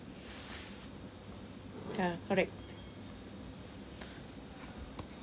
ya correct